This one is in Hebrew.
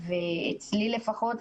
אצלי לפחות,